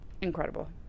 Incredible